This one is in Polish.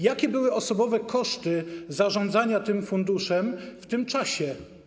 Jakie były osobowe koszty zarządzania tym funduszem w tym czasie?